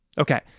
Okay